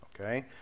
okay